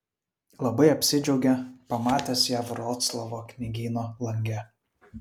labai apsidžiaugė pamatęs ją vroclavo knygyno lange